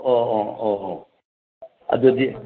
ꯑꯣ ꯑꯣ ꯑꯣ ꯑꯣ ꯑꯗꯨꯗꯤ